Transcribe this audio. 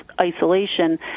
isolation